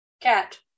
Cat